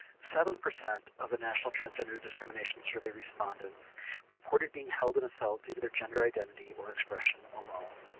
seven percent of the national transgender discrimination survey respondents reported being held in a cell due to their gender identity or expression alone.